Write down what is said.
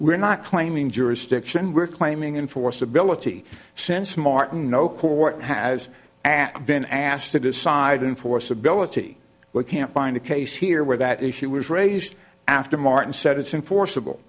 we're not claiming jurisdiction we're claiming enforceability since martin no court has been asked to decide in force ability we can't find a case here where that issue was raised after martin said it's in forcible